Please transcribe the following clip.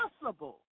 possible